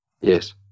Yes